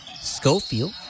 Schofield